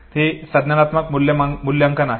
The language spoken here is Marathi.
हे संज्ञानात्मक मूल्यांकन आहे